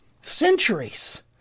centuries